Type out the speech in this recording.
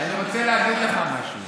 אני רוצה להגיד לך משהו.